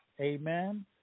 Amen